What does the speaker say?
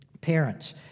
parents